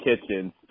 Kitchens